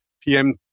PM